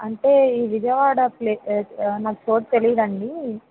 అంటే ఈ విజయవాడ ప్లేస్ మాకు చోటు తెలీదండి